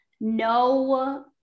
no